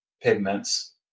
pigments